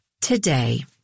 today